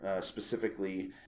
specifically